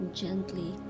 gently